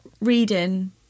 reading